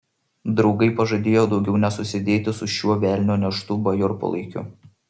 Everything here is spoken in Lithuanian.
draugai pažadėjo daugiau nesusidėti su šiuo velnio neštu bajorpalaikiu